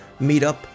meetup